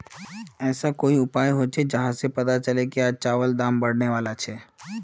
ऐसा कोई उपाय होचे जहा से पता चले की आज चावल दाम बढ़ने बला छे?